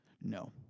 no